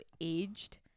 aged